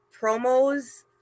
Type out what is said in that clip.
promos